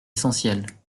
essentielle